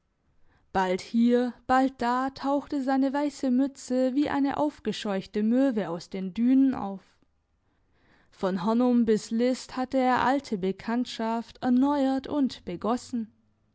bald hier bald da tauchte seine weisse mütze wie eine aufgescheuchte möwe aus den dünen auf von hörnum bis list hatte er alte bekanntschaft erneuert und begossen